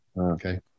okay